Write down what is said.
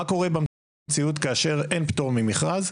מה קורה במציאות כאשר אין פטור ממכרז?